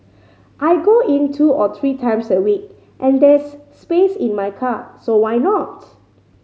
I go in two or three times a week and there's space in my car so why not